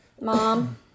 mom